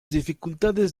dificultades